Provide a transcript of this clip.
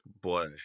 boy